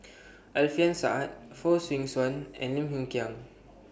Alfian Sa'at Fong Swee Suan and Lim Hng Kiang